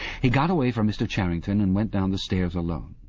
he got away from mr. charrington and went down the stairs alone,